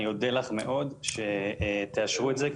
אני אודה לך מאוד שתאשרו את זה,